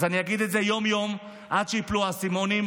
אז אני אגיד את זה יום-יום עד שייפלו האסימונים: